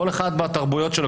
כל אחד והתרבות שלו,